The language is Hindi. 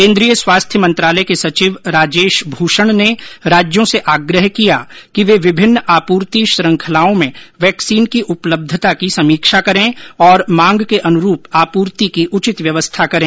केंद्रीय स्वास्थ्य मंत्रालय के सचिव राजेश भूषण ने राज्यों से आग्रह किया कि वे विभिन्न आपूर्ति श्रंखलाओं में वैक्सीन की उपलब्धता की समीक्षा करें और मांग के अनुरूप आपूर्ति की उचित व्यवस्था करें